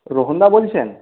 রোহনদা বলছেন